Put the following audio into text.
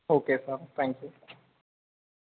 okay sir thank you